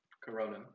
Corona